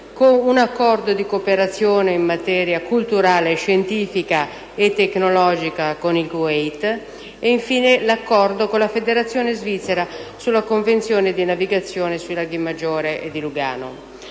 l'accordo di cooperazione in materia culturale, scientifica e tecnologica con il Kuwait e l'accordo con la Federazione svizzera sulla convenzione di navigazione sui laghi Maggiore e di Lugano.